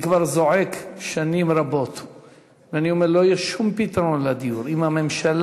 אני כבר זועק שנים רבות ואני אומר: לא יהיה שום פתרון לדיור אם הממשלה,